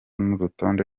n’urutonde